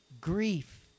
grief